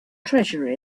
treasure